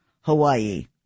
Hawaii